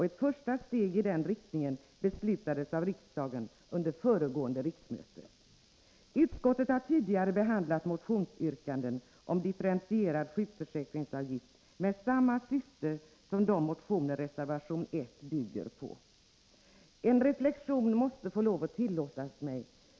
Ett första steg i den riktningen beslutades av riksdagen under föregående riksmöte. Utskottet har tidigare behandlat motionsyrkanden om differentierade sjukförsäkringsavgifter med samma syfte som de motioner reservation 1 bygger på. En reflexion må tillåtas mig.